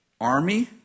army